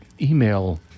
email